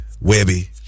Webby